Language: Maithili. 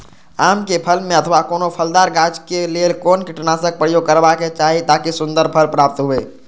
आम क फल में अथवा कोनो फलदार गाछि क लेल कोन कीटनाशक प्रयोग करबाक चाही ताकि सुन्दर फल प्राप्त हुऐ?